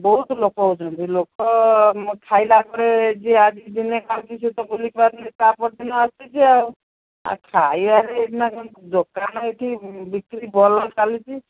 ବହୁତ ଲୋକ ହେଉଛନ୍ତି ଲୋକ ଖାଇଲା ପରେ ଯିଏ ଆସିକି ଦିନେ ଖାଉଛି ସିଏ ତ ଭୁଲିପାରୁନି ତା' ପରଦିନ ଆସୁଛି ଆଉ ଆଚ୍ଛା ଇଆଡ଼େ ଦୋକାନ ଏଠି ବିକ୍ରି ଭଲ ଚାଲିଛି